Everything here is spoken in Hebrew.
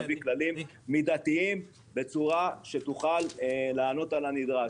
נביא כללים מידתיים בצורה שתוכל לענות על הנדרש.